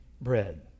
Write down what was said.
bread